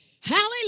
Hallelujah